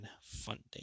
funding